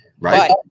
right